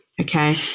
okay